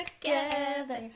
together